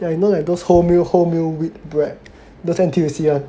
yeah you know like those wholemeal wholemeal wheat bread those N_T_U_C [one]